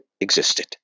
existed